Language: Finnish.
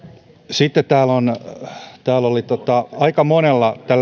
sitten täällä oli aika monella